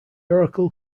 oracle